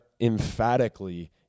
emphatically